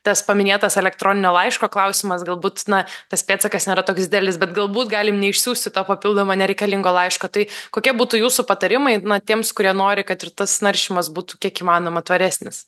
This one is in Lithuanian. tas paminėtas elektroninio laiško klausimas galbūt na tas pėdsakas nėra toks dielis bet galbūt galim neišsiųsi to papildomo nereikalingą laiško tai kokie būtų jūsų patarimai tiems kurie nori kad ir tas naršymas būtų kiek įmanoma tvaresnis